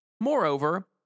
Moreover